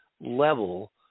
level